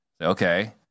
Okay